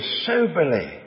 soberly